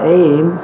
aim